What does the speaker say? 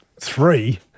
three